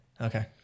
Okay